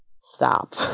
stop